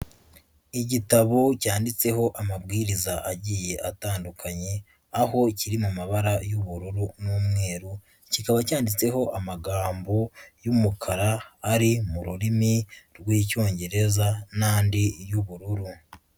Igitabo cyandikeho amabwiriza agiye atandukanye, aho kiri mu mabara y'ubururu n'umweru. Kikaba cyanditseho amagambo y'umukara ari mu rurimi rw'Icyongereza n'andi y'ubururu.